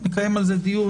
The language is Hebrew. נקיים על זה דיון,